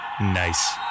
Nice